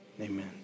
amen